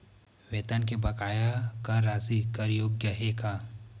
वेतन के बकाया कर राशि कर योग्य हे का?